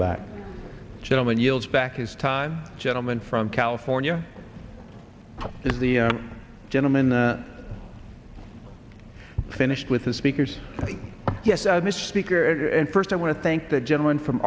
back gentlemen yields back his time gentleman from california is the gentleman finished with the speakers yes mr speaker and first i want to thank the gentleman from